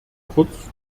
kurz